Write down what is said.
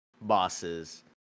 bosses